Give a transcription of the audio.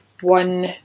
one